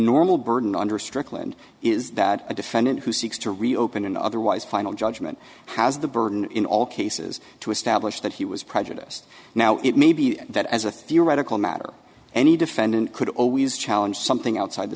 normal burden under strickland is that a defendant who seeks to reopen an otherwise final judgment has the burden in all cases to establish that he was prejudiced now it may be that as a theoretical matter any defendant could always challenge something outside the